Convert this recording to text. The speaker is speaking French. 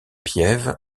piève